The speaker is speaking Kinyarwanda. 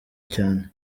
cyane